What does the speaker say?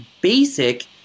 basic